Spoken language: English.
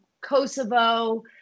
Kosovo